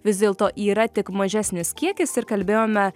vis dėlto yra tik mažesnis kiekis ir kalbėjome